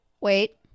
Wait